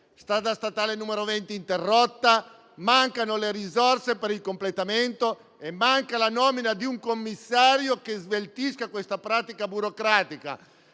(strada statale 20), è interrotto: mancano le risorse per il completamento e manca la nomina di un commissario che sveltisca la pratica burocratica.